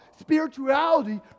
Spirituality